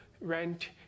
rent